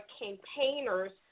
campaigners